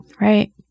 Right